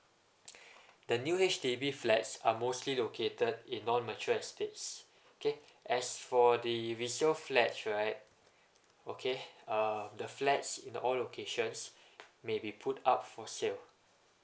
the new H_D_B flats are mostly located in non mature estates okay as for the resale flats right okay uh the flats in all locations maybe put up for sale